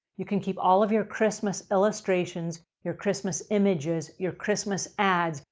you can keep all of your christmas illustrations, your christmas images, your christmas ads,